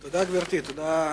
תודה, גברתי, על דברייך.